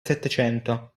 settecento